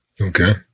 Okay